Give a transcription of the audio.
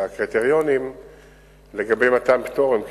והקריטריונים למתן פטור הם,